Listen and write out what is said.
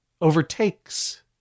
overtakes